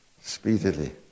speedily